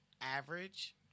average